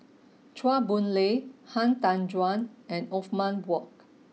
Chua Boon Lay Han Tan Juan and Othman Wok